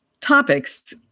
topics